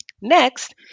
Next